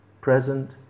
present